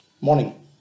Morning